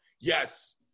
yes